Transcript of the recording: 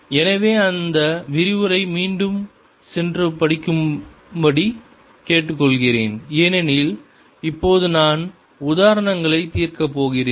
எனவே அந்த விரிவுரை மீண்டும் சென்று பார்க்கும்படி கேட்டுக்கொள்கிறேன் ஏனெனில் இப்போது நான் உதாரணங்களைத் தீர்க்கப் போகிறேன்